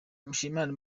mushimiyimana